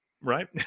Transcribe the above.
Right